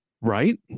Right